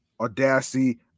Audacity